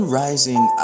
rising